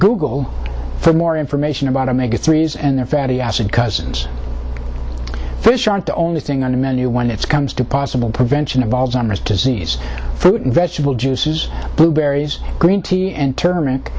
google for more information about a mega threes and their fatty acid cousins fish aren't the only thing on the menu when it comes to possible prevention of alzheimer's disease fruit and vegetable juices blueberries green tea and turn